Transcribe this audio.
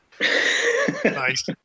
Nice